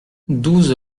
douze